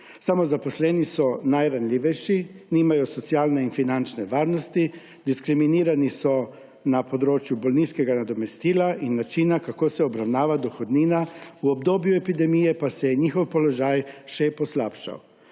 Samozaposleni so najranljivejši, nimajo socialne in finančne varnosti, diskriminirani so na področju bolniškega nadomestila in načina, kako se obravnava dohodnina, v obdobju epidemije pa se je njihov položaj še poslabšal.